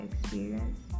experience